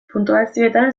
puntuazioetan